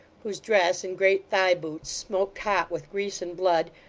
whose dress and great thigh-boots smoked hot with grease and blood,